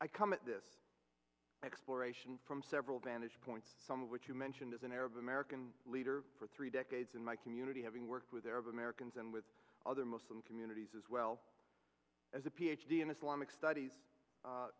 i come at this exploration from several vantage points some of which you mentioned as an arab american leader for three decades in my community having worked with arab americans and with other muslim communities as well as a ph d in islamic studies a